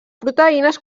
proteïnes